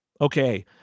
Okay